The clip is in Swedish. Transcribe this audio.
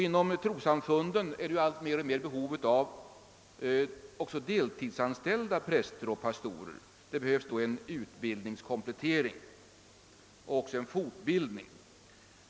Inom trossamfunden finns det ett allt större behov av också deltidsanställda präster och pastorer. Det behövs då en <utbildningskomplettering och även en fortbildning.